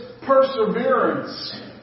perseverance